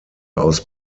aus